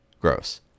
Gross